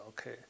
Okay